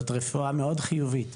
הרי זאת רפואה מאוד חיובית.